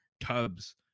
tubs